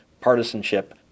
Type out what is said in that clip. partisanship